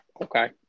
okay